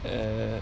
err